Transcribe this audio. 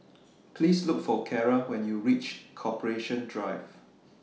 Please Look For Carra when YOU REACH Corporation Drive